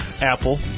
Apple